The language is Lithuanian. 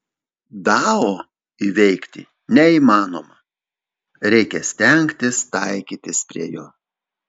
dao įveikti neįmanoma reikia stengtis taikytis prie jo